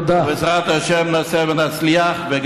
ובעזרת השם נעשה וגם נצליח.